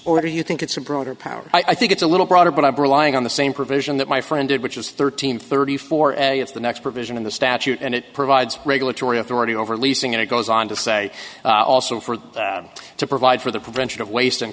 or do you think it's a broader power i think it's a little broader but i've rely on the same provision that my friend did which is thirteen thirty four and it's the next provision in the statute and it provides regulatory authority over leasing and it goes on to say also for to provide for the prevention of wast